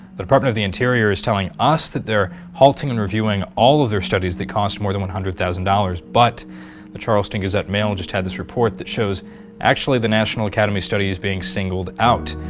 the department of the interior is telling us that they're halting and reviewing all of their studies that cost more than one hundred thousand dollars, but the charleston gazette-mail just had this report that shows actually the national academies study is being singled out.